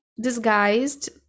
disguised